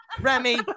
Remy